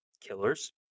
killers